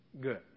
good